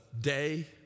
day